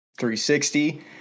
360